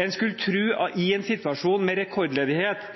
En skulle tro at det i en situasjon med rekordledighet